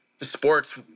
sports